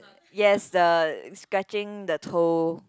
yes the scratching the toe